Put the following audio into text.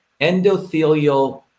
endothelial